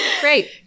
Great